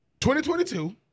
2022